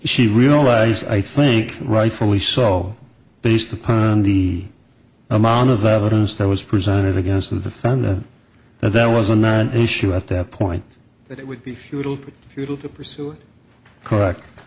relies i think rightfully so based upon the amount of evidence that was presented against of the fan that that was a non issue at that point that it would be futile futile to pursue it correct